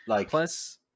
Plus